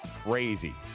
Crazy